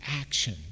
action